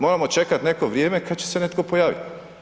Moramo čekati neko vrijeme kada će se netko pojaviti.